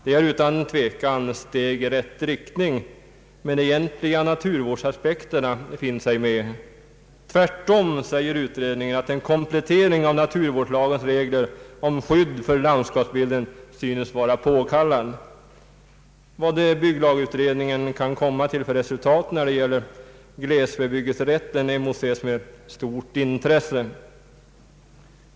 Det är utan tvekan steg i rätt riktning, men de egentliga naturvårdsaspekterna finns ej med. Tvärtom säger utredningen att en komplettering av naturvårdslagens regler om skydd för landskapsbilden synes vara påkallad. Vad bygglagutredningen kan komma till för resultat när det gäller glesbebyggelserätten emotses med stort intresse.